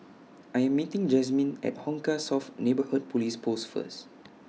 I Am meeting Jazmin At Hong Kah South Neighbourhood Police Post First